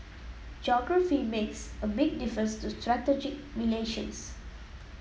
geography makes a big difference to strategic relations